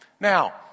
Now